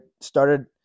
started